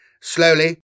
Slowly